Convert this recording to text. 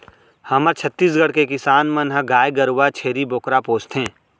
हमर छत्तीसगढ़ के किसान मन ह गाय गरूवा, छेरी बोकरा पोसथें